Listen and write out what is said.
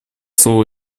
слово